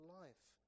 life